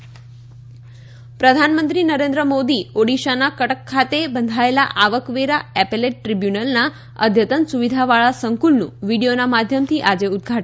આવકવેરા ઓડિશા પ્રધાનમંત્રી નરેન્દ્ર મોદી ઓડિશાના કટક ખાતે બંધાયેલા આવકવેરા એપેલેટ ટ્રીબ્યૂનલના અદ્યતન સુવિધાવાળા સંકુલનું વીડિયોના માધ્યમથી આજે ઉદઘાટન કરશે